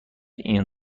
این